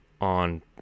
on